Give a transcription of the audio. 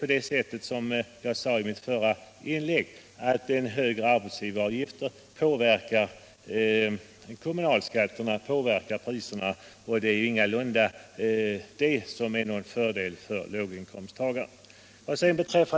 Som jag sade i mitt förra inlägg medför en högre arbetsgivaravgift att kommunalskatterna påverkar priserna, och det är ingalunda någon fördel för låginkomsttagarna.